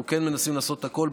אנחנו כן מנסים לעשות הכול.